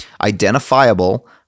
identifiable